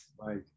right